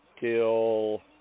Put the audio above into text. till